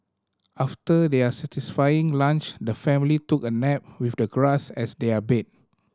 after their satisfying lunch the family took a nap with the grass as their bed